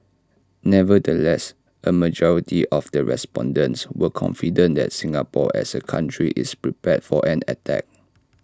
nevertheless A majority of the respondents were confident that Singapore as A country is prepared for an attack